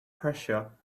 pressure